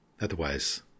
Otherwise